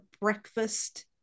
breakfast